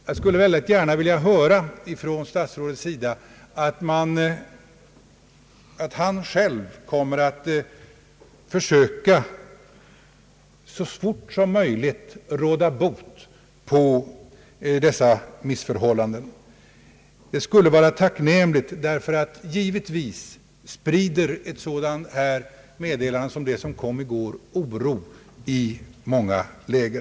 Jag skulle dock mycket gärna vilja höra från statsrådet att han själv, så snart som möjligt, kommer att försöka råda bot på dessa missförhållanden. Det skulle vara tacknämligt, eftersom ett sådant meddelande som det som gjordes i går givetvis sprider oro i många läger.